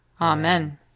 Amen